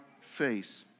face